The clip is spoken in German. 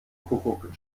kuckuck